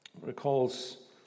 Recalls